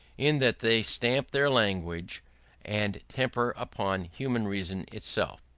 in that they stamp their language and temper upon human reason itself.